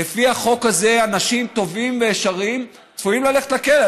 אנשים טובים וישרים צפויים ללכת לכלא.